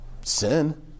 sin